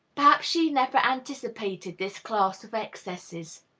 perhaps she never anticipated this class of excesses.